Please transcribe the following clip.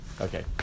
Okay